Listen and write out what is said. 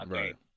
Right